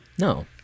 No